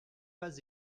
pas